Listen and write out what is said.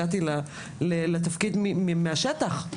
הגעתי לתפקיד מן השטח.